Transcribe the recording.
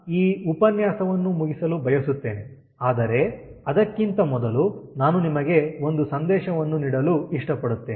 ನಾನು ಈ ಉಪನ್ಯಾಸವನ್ನು ಮುಗಿಸಲು ಬಯಸುತ್ತೇನೆ ಆದರೆ ಅದಕ್ಕಿಂತ ಮೊದಲು ನಾನು ನಿಮಗೆ ಒಂದು ಸಂದೇಶವನ್ನು ನೀಡಲು ಇಷ್ಟಪಡುತ್ತೇನೆ